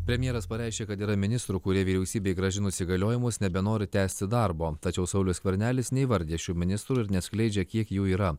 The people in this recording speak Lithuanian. premjeras pareiškė kad yra ministrų kurie vyriausybei grąžinus įgaliojimus nebenori tęsti darbo tačiau saulius skvernelis neįvardija šių ministrų ir neatskleidžia kiek jų yra